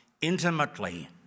intimately